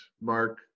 mark